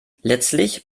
letztlich